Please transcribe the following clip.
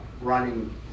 running